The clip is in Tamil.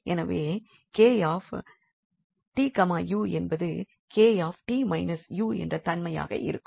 எனவே 𝐾𝑡 𝑢 என்பது 𝐾𝑡 − 𝑢 என்ற தன்மையாக இருக்கும்